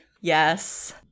Yes